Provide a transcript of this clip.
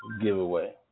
giveaway